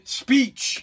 speech